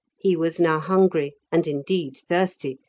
he was now hungry, and indeed thirsty,